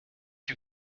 you